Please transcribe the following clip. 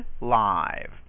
live